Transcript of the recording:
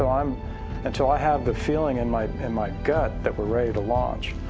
um um until i have the feeling in my in my gut that we're ready to launch,